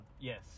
yes